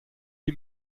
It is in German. wie